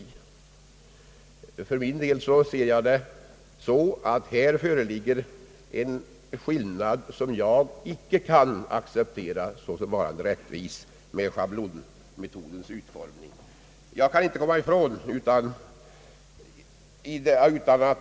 För min del anser jag att här föreligger en skillnad som jag icke kan acceptera. Schablonmetodens utformning är inte rättvis.